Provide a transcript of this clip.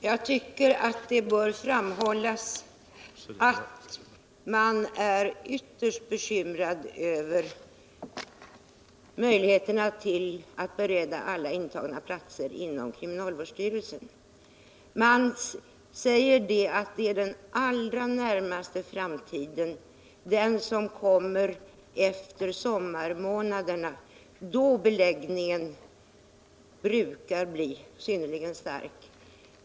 Herr talman! Jag tycker att det bör framhållas att man inom kriminalvårdsstyrelsen är ytterst bekymrad över bristen på möjligheter att bereda plats åt alla intagna. Detta gäller den allra närmaste framtiden, den som kommer efter sommarmånaderna, då beläggningen åter brukar bli synnerligen stor.